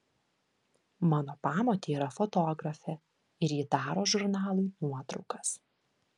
mano pamotė yra fotografė ir ji daro žurnalui nuotraukas